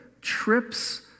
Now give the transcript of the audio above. trips